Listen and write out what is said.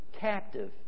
captive